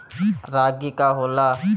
रागी का होला?